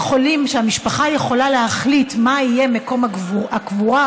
שהמשפחה יכולה להחליט מה יהיה מקום הקבורה,